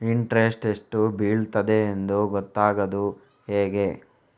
Interest ಎಷ್ಟು ಬೀಳ್ತದೆಯೆಂದು ಗೊತ್ತಾಗೂದು ಹೇಗೆ?